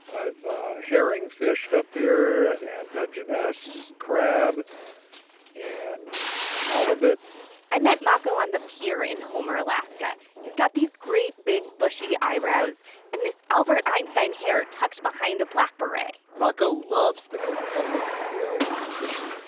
i've herring fished up here and dungeness crab and halibut i met mako on the pier in homer, alaska. he's got these great, big, bushy eyebrows and this albert einstein hair tucked behind a black beret mako loves the competitive thrill of fishing,